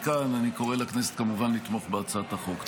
מכאן אני כמובן קורא לכנסת לתמוך בהצעת החוק.